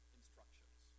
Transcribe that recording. instructions